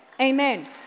Amen